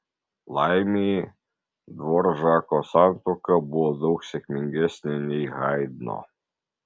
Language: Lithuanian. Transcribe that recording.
laimei dvoržako santuoka buvo daug sėkmingesnė nei haidno